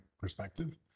perspective